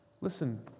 Listen